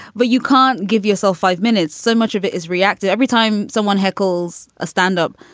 but you can't give yourself five minutes. so much of it is reactive every time someone heckles a standup.